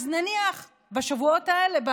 אז נניח שבשבועות האלה,